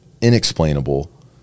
inexplainable